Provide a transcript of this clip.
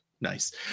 nice